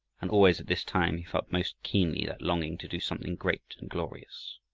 and always at this time he felt most keenly that longing to do something great and glorious.